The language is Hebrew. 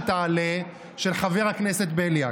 שתעלה, של חבר הכנסת בליאק.